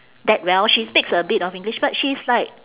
that well she speaks a bit of english but she's like